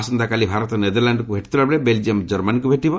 ଆସନ୍ତାକାଲି ଭାରତ ନେଦରଲ୍ୟାଣ୍ଡକୁ ଭେଟୁଥିଲାବେଳେ ବେଲ୍ଜିୟମ୍ କର୍ମାନୀକୁ ଭେଟିବ